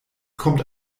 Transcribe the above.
kommt